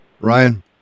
Ryan